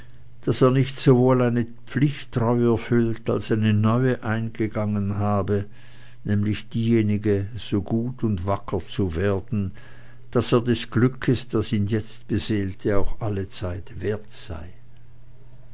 daß er nicht sowohl eine pflicht treu erfüllt als eine neue eingegangen habe nämlich diejenige so gut und wacker zu werden daß er des glückes das ihn jetzt beseelte auch allezeit wert sei